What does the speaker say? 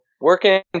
working